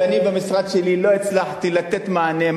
ואני במשרד שלי לא הצלחתי לתת מענה,